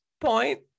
point